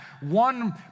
one